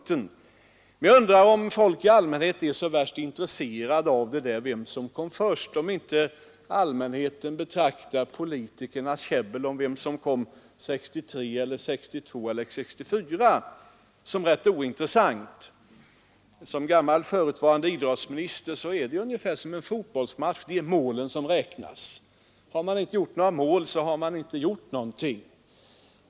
Men jag undrar om människor i allmänhet är så särskilt intresserade av vem som var först. Jag tror snarare att man betraktar politikernas käbbel om vem som kom med krav 1962, 1963 eller 1964 som ganska ointressant. Som förutvarande idrottsminister tycker jag det är ungefär samma förhållande här som med en fotbollsmatch: det är målen som räknas. Har man inte gjort några mål, så har man inte uträttat någonting.